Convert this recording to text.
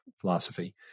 philosophy